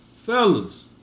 fellas